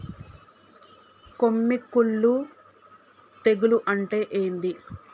కొమ్మి కుల్లు తెగులు అంటే ఏంది?